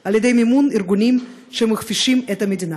על ידי מימון ארגונים שמכפישים את המדינה.